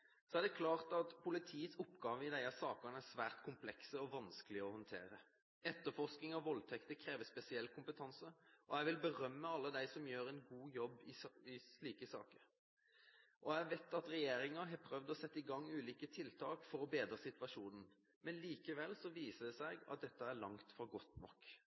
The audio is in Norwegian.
Så er det klart at politiets oppgaver i disse sakene er svært komplekse og vanskelige å håndtere. Etterforskning av voldtekter krever spesiell kompetanse, og jeg vil berømme alle dem som gjør en god jobb i slike saker. Jeg vet regjeringen har prøvd å sette i gang ulike tiltak for å bedre situasjonen, men likevel viser det seg at dette er langt fra godt nok.